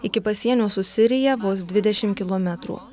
iki pasienio su sirija vos dvidešim kilometrų